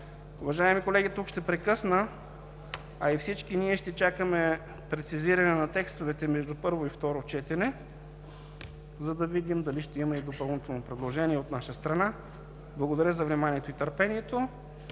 Уважаеми колеги, тук ще прекъсна, а и всички ние ще чакаме прецизиране на текстовете между първо и второ четене, за да видим дали ще има и допълнително предложение от наша страна. Благодаря, за вниманието и търпението.